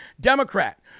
Democrat